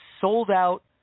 sold-out